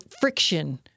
friction